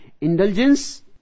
Indulgence